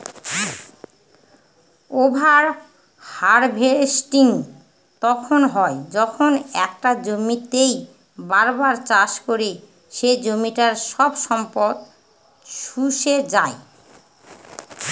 over harvesting তখন হয় যখন একটা জমিতেই বার বার চাষ করে সে জমিটার সব সম্পদ শুষে যাই